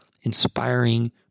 inspiring